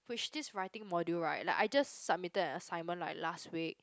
which this writing module right like I just submitted an assignment like last week